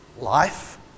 life